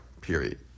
period